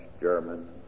German